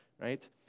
right